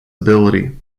ability